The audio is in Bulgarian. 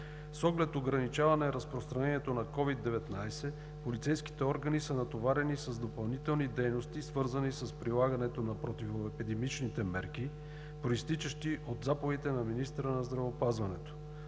С оглед ограничаване разпространяването на COVID-19 полицейските органи са натоварени с допълнителни дейности, свързани с прилагането на противоепидемичните мерки, произтичащи от заповедите на министъра на здравеопазването